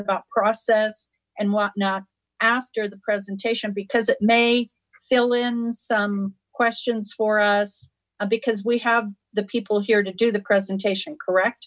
about process and whatnot after the presentation because it may fill in some questions for us because we have the people here to do the presentation correct